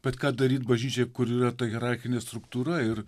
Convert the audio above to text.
bet ką daryt bažnyčiai kur yra ta hierarchinė struktūra ir